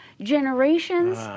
generations